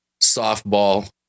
softball